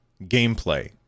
gameplay